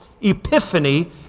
Epiphany